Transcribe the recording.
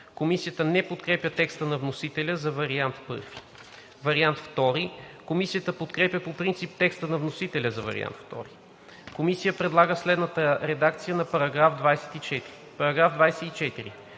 Комисията не подкрепя текста на вносителя за вариант I. Комисията подкрепя по принцип текста на вносителя за вариант II. Комисията предлага следната редакция на § 24: „§ 24.